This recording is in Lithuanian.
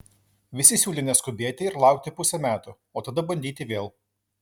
visi siūlė neskubėti ir laukti pusė metų o tada bandyti vėl